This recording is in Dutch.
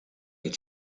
het